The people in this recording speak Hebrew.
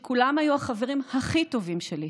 וכולם היו החברים הכי טובים שלי.